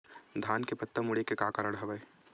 धान के पत्ता मुड़े के का कारण हवय?